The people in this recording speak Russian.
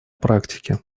практике